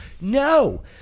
No